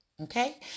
Okay